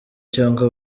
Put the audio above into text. cyangwa